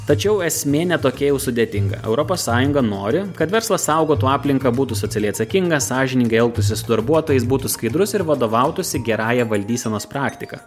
tačiau esmė ne tokia jau sudėtinga europos sąjunga nori kad verslas saugotų aplinką būtų socialiai atsakingas sąžiningai elgtųsi su darbuotojais būtų skaidrus ir vadovautųsi gerąja valdysenos praktika